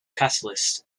catalyst